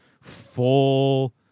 full